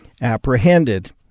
apprehended